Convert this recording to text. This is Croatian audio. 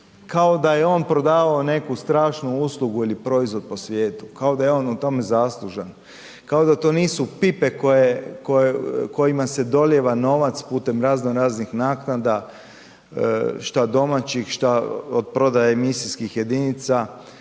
kao da je on prodavao neku strašnu uslugu ili proizvod po svijetu, kao da je on tome zaslužan, kao da to nisu pipe kojima se dolijeva novac putem raznoraznih naknada šta domaćih, šta od prodaje emisijskih jedinica,